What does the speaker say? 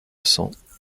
cents